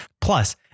Plus